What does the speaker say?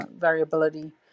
variability